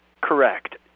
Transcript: Correct